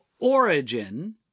origin